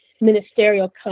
ministerial